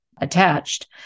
attached